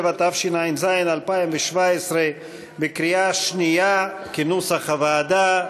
67), התשע"ז 2017, בקריאה שנייה, כנוסח הוועדה.